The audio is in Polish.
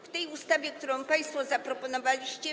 W tej ustawie, którą państwo zaproponowaliście.